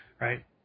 right